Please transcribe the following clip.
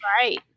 Right